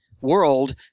world